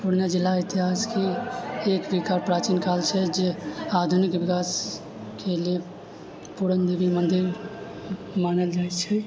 पूर्णियाँ जिला इतिहासके एक प्राचीनकाल छै जे आधुनिक विकासके लिए पूरन देवी मन्दिर मानल जाइ छै